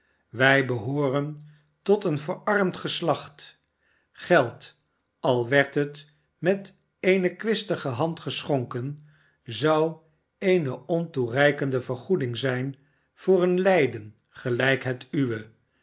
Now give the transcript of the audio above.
wij behooren tot een verarmd geslacht geld al werd het met eene kwistige hand geschonken zou eene ontoereikende vergoeding zijn voor een lijden gelijk het uwe